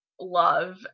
love